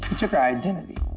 took her identity,